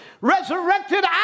resurrected